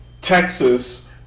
Texas